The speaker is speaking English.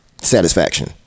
satisfaction